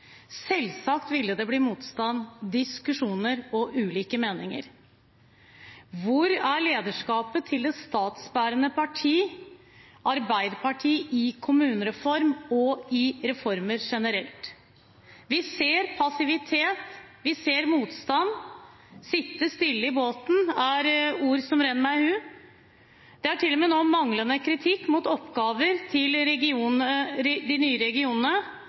Selvsagt ville det bli motstand, diskusjoner og ulike meninger. Hvor er lederskapet hos det statsbærende partiet Arbeiderpartiet – i kommunereform og i reformer generelt? Vi ser passivitet, vi ser motstand. «Sitte stille i båten» er ord som renner meg i hu. Det er nå til og med kritikk av manglende oppgaver til de nye regionene,